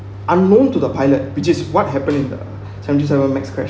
unknown to the pilot which is what happened in the seventy-seven max crash